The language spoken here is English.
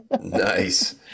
nice